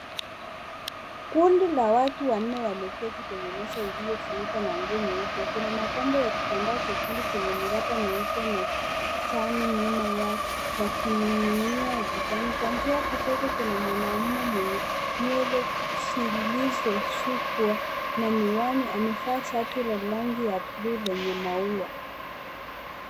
Kundi la watu wanne wameketi kwenye meza iliyofunikwa na nguo nyeupe. Kuna mapambo ya kitambaa chekundu chenye miraba mieupe na kijani nyuma yakining'inia ukutani. Kuanzia kushoto kuna mwanaume mwenye nywele zilizoshukwa na miwani, amevaa shati la rangi ya buluu lenye maua.